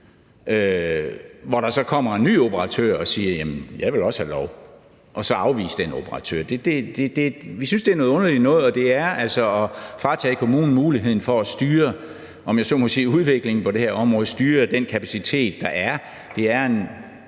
hvor der så kommer en ny operatør og siger, at vedkommende også vil have lov, og så afvise den operatør. Vi synes, det er noget underligt noget, og det er altså at fratage kommunen muligheden for at styre, om jeg så må sige, udviklingen på det her område, styre den kapacitet, der er. Det er i